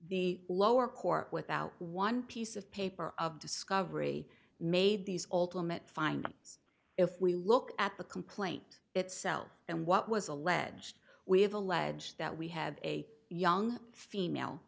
the lower court without one piece of paper of discovery made these ultimate find if we look at the complaint itself and what was alleged we have alleged that we have a young female